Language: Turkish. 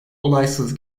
olaysız